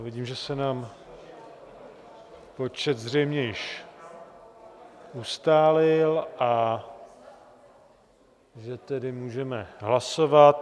Vidím, že se nám počet zřejmě již ustálil, a že tedy můžeme hlasovat.